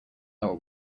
are